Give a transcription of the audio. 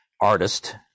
artist